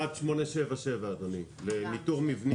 1877, אדוני, לניטור מבנים.